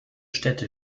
städte